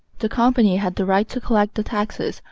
the company had the right to collect the taxes,